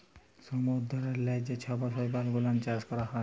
সমুদ্দূরেল্লে যে ছব শৈবাল গুলাল চাষ ক্যরা হ্যয়